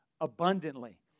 abundantly